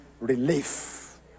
relief